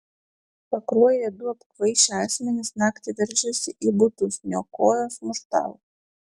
pakruojyje du apkvaišę asmenys naktį veržėsi į butus niokojo smurtavo